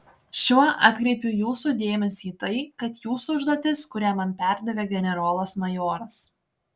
šiuo atkreipiu jūsų dėmesį į tai kad jūsų užduotis kurią man perdavė generolas majoras